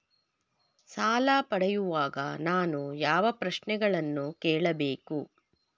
ಸಾಲ ಪಡೆಯುವಾಗ ನಾನು ಯಾವ ಪ್ರಶ್ನೆಗಳನ್ನು ಕೇಳಬೇಕು?